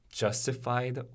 justified